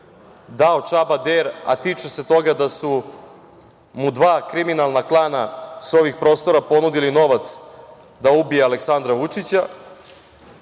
dao Čaba Der, a tiče se toga da su mu dva kriminalna klana sa ovih prostora ponudili novac da ubije Aleksandra Vučića.